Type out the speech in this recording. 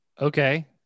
Okay